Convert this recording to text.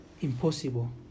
impossible